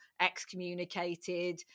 excommunicated